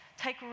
take